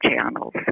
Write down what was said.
channels